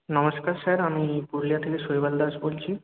নমস্কার স্যার আমি পুরুলিয়া থেকে শৈবাল দাস বলছি